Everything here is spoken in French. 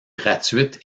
gratuite